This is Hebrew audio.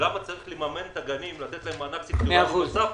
למה צריך לממן את הגנים ולתת להם מענק סקטוריאלי נוסף,